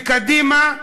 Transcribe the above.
וקדימה,